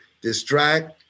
distract